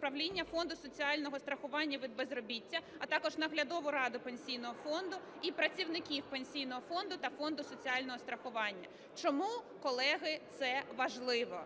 правління Фонду соціального страхування від безробіття, а також Наглядову раду Пенсійного фонду і працівників Пенсійного фонду та Фонду соціального страхування. Чому, колеги, це важливо?